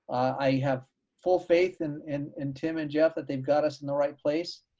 i have full faith and in in tim and jeff that they've got us in the right place.